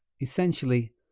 essentially